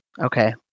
Okay